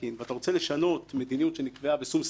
ורוצה לשנות מדיניות שנקבעה בשום שכל עם